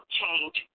change